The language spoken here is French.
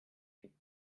huit